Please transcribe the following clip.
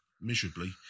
miserably